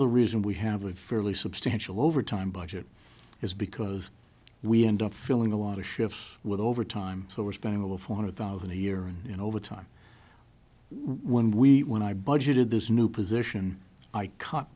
of the reason we have a fairly substantial overtime budget is because we end up filling a lot of shifts with overtime so we're spending over four hundred thousand a year and you know overtime when we when i budgeted this new position i c